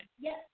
Yes